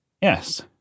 Yes